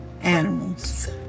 animals